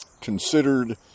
considered